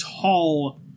tall